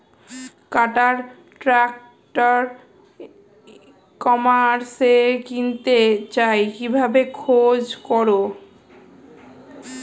কাটার tractor ই কমার্সে কিনতে চাই কিভাবে খোঁজ করো?